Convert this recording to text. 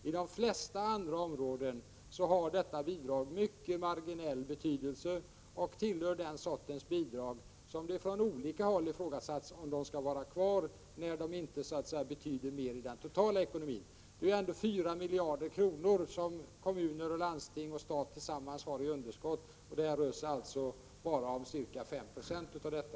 På de flesta andra områden har detta bidrag mycket marginell betydelse och tillhör den sorts bidrag som det från olika håll i frågasatts om de skall vara kvar, när de inte betyder mer i den totala ekonomin. Det är ju ändå 4 miljarder kronor som kommuner, landsting och stat tillsammans har i underskott, och det som vi nu talar om rör sig bara om ca 5 96 av detta.